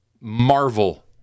marvel